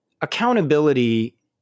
accountability